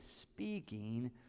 speaking